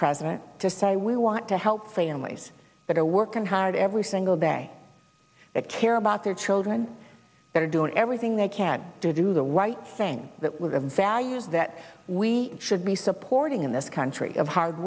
president to say we want to help families that are working hard every single day that care about their children that are doing everything they can to do the right thing that was a values that we should be supporting in this country of hard